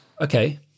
Okay